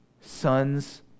sons